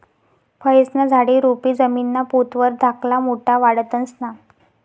फयेस्ना झाडे, रोपे जमीनना पोत वर धाकला मोठा वाढतंस ना?